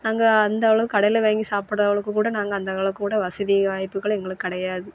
அங்கே அந்த அளவுக்கு கடையில வாங்கி சாப்பிட்ற அளவுக்குக்கூட நாங்கள் அந்த அளவுக்கு கூட வசதி வாய்ப்புகள் எங்களுக்கு கிடையாது